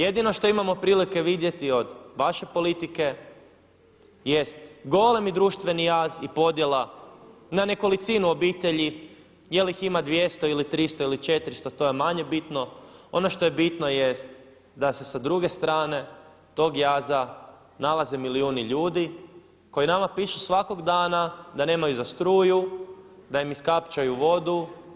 Jedino što imamo prilike vidjeti od vaše politike jest golemi društveni jaz i podjela na nekolicinu obitelji, je li ih ima 200 ili 300 ili 400, to je manje bitno, ono što je bitno jest da se sa druge strane tog jaza nalaze milijuni ljudi koji nama pišu svakog dana da nemaju za struju, da im iskapčaju vodu.